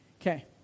Okay